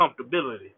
comfortability